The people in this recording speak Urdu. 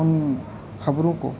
ان خبروں کو